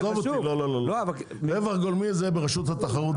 רווח גולמי זה ברשות התחרות,